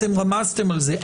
רמזתם על זה,